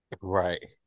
right